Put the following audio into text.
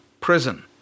prison